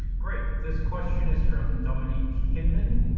great! this question is from dominique henman,